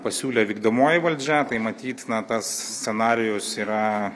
pasiūlė vykdomoji valdžia tai matyt na tas scenarijus yra